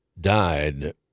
died